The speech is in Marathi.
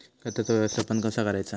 खताचा व्यवस्थापन कसा करायचा?